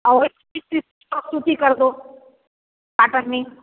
और पच्चीस तीस ठो सूती कर दो काटन में हम्म